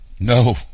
No